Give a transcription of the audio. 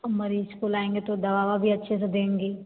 अब मरीज़ को लाएँगे तो दवा ववा भी अच्छे से देंगी